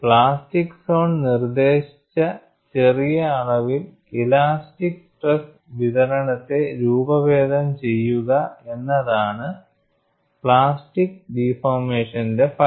plastic zone നിർദ്ദേശിച്ച ചെറിയ അളവിൽ ഇലാസ്റ്റിക് സ്ട്രെസ് വിതരണത്തെ രൂപഭേദം ചെയ്യുക എന്നതാണ് പ്ലാസ്റ്റിക് ഡിഫോർമേഷന്റെ ഫലം